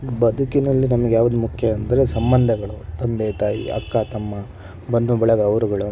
ಬದುಕಿನಲ್ಲಿ ನಮ್ಗ್ಯಾವ್ದು ಮುಖ್ಯ ಅಂದರೆ ಸಂಬಂಧಗಳು ತಂದೆ ತಾಯಿ ಅಕ್ಕ ತಮ್ಮ ಬಂಧುಬಳಗ ಅವರುಗಳು